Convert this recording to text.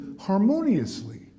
harmoniously